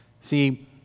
See